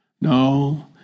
No